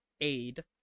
aid